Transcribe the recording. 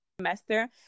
semester